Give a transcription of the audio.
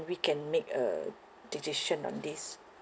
we can make a decision on these